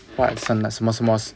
what 什么什么什么